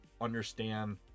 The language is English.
understand